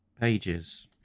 pages